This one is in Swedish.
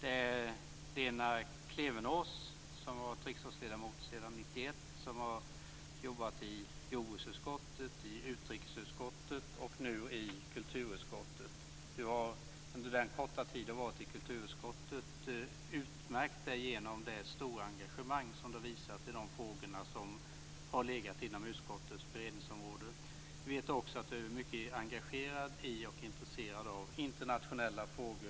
Lena Klevenås, som har varit riksdagsledamot sedan 1991, har arbetat i jordbruksutskottet, utrikesutskottet och nu i kulturutskottet. Du har under den korta tid du har varit i kulturutskottet utmärkt dig genom det stora engagemang som du visat i de frågor som har legat inom utskottets beredningsområde. Vi vet också att du är mycket engagerad i och intresserad av internationella frågor.